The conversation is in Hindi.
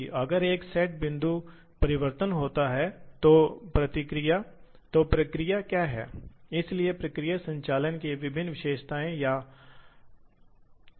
फिर ये सब आप बिंदुओं और निर्देशांक को जानते हैं जो उल्लेखित हैं दो तरीकों से उल्लेख किया जा सकता है एक वृद्धिशील या एक निरपेक्ष प्रणाली है